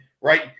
Right